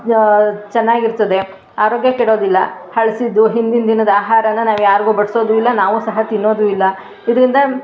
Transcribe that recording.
ಚೆನ್ನಾಗಿರ್ತದೆ ಆರೋಗ್ಯ ಕೆಡೋದಿಲ್ಲ ಹಳಸಿದ್ದು ಹಿಂದಿನ ದಿನದ ಆಹಾರನ ನಾವು ಯಾರಿಗೂ ಬಡಿಸೋದು ಇಲ್ಲ ನಾವು ಸಹ ತಿನ್ನೋದು ಇಲ್ಲ ಇದರಿಂದ